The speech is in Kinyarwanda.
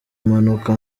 mpanuka